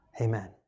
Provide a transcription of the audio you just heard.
Amen